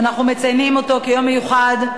שאנחנו מציינים אותו כיום מיוחד,